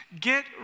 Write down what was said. get